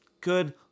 Good